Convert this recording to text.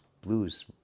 blues